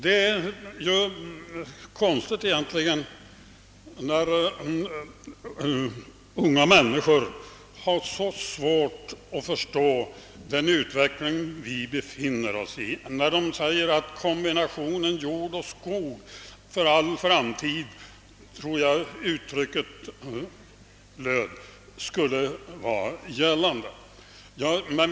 Det är också rätt konstigt att unga människor har så svårt att förstå den utveckling vi befinner oss i och hävdar att kombinationen jord och skog för all framtid, tror jag uttrycket löd, skulle bestå.